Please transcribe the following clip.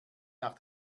nach